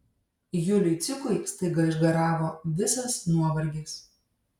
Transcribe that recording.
juliui cikui staiga išgaravo visas nuovargis